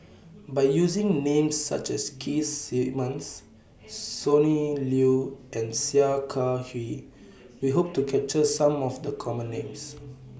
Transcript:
By using Names such as Keith Simmons Sonny Liew and Sia Kah Hui We Hope to capture Some of The Common Names